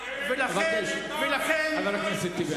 חבר הכנסת טיבי.